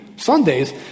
Sundays